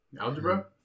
Algebra